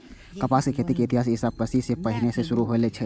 कपासक खेती के इतिहास ईशा मसीह सं पहिने सं शुरू होइ छै